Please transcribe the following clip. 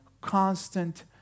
constant